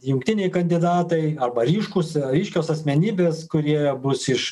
jungtiniai kandidatai arba ryškūs ryškios asmenybės kurie bus iš